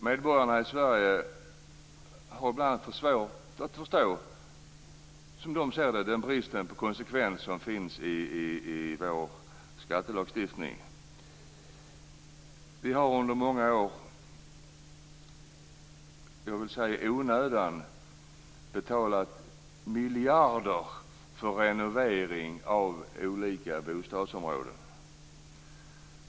Medborgarna i Sverige har bl.a. svårt att förstå den brist på konsekvens som finns i vår skattelagstiftning. Vi har under många år, i onödan vill jag säga, betalat miljarder för renovering av olika bostadsområden.